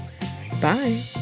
Bye